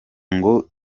ngo